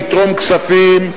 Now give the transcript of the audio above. לתרום כספים,